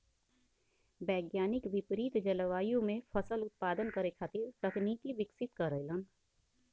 वैज्ञानिक विपरित जलवायु में फसल उत्पादन करे खातिर तकनीक विकसित करेलन